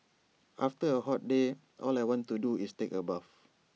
after A hot day all I want to do is take A bath